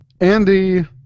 Andy